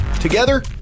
Together